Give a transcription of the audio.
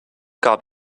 gab